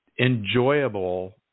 enjoyable